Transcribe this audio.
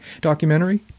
documentary